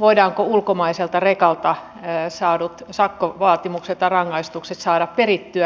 voidaanko ulkomaiselta rekalta saadut sakkorangaistukset saada perittyä